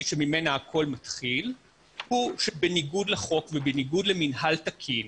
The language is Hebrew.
שממנה הכול מתחיל היא שבניגוד לחוק ובניגוד למינהל תקין